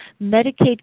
Medicaid